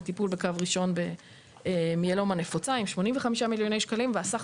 לטיפול בקו ראשון עם מלנומה נפוצה שזה כ-85 מיליוני שקלים וסך